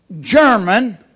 German